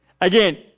Again